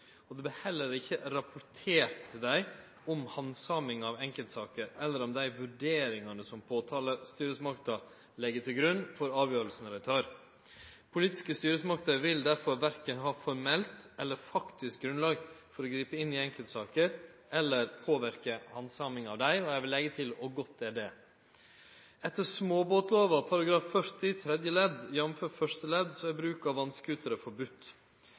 og det vert heller ikkje rapportert til desse om handsaminga av enkeltsaker eller om dei vurderingane som påtalestyresmakta legg til grunn for dei avgjerdene dei tek. Politiske styresmakter vil derfor verken ha formelt eller faktisk grunnlag for å gripe inn i enkeltsaker eller påverke handsaminga av desse, og eg vil leggje til – og godt er det. Etter småbåtlova § 40 tredje ledd, jf. første ledd, er bruk av